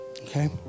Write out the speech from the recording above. Okay